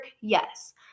yes